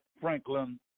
Franklin